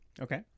Okay